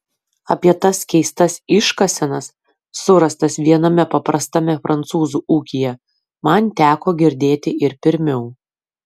apie tas keistas iškasenas surastas viename paprastame prancūzų ūkyje man teko girdėti ir pirmiau